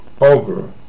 over